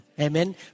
Amen